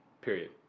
period